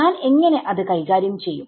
ഞാൻ എങ്ങനെ അത് കൈകാര്യം ചെയ്യും